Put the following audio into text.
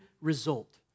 result